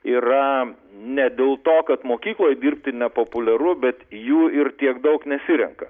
yra ne dėl to kad mokykloj dirbti nepopuliaru bet jų ir tiek daug nesirenka